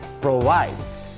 provides